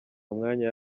umwanya